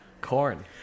Corn